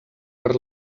per